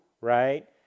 right